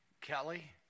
Kelly